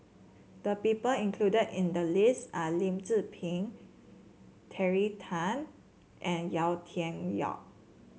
the people included in the list are Lim Tze Peng Terry Tan and Yau Tian Yau